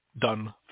done